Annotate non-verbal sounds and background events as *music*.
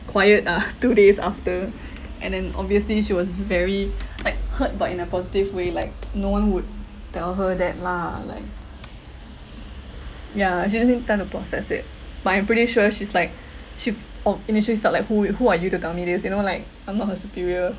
quiet ah *laughs* two days after and then obviously she was very like hurt but in a positive way like no one would tell her that lah like *noise* ya she's actually trying to process it but I'm pretty sure she's like she oh initially felt like who you who are you to tell me these you know like I'm not her superior